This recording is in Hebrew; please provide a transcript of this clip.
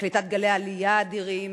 בקליטת גלי העלייה האדירים,